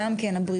גם כן הבריאותיות,